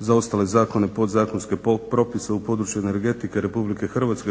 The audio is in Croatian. za ostale zakone, podzakonske propise u području energetike RH